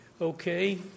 Okay